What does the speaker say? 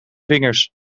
vingers